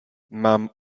mam